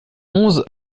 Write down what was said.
onze